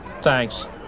Thanks